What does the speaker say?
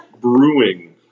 Brewing